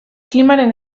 klimaren